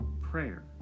Prayer